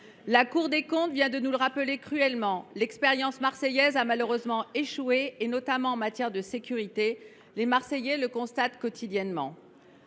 La Cour des comptes vient de nous le rappeler cruellement, l’expérience marseillaise a malheureusement échoué, notamment en matière de sécurité : les Marseillais le constatent quotidiennement